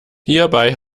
hierbei